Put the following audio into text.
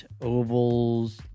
ovals